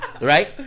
right